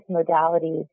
modalities